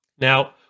Now